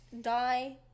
die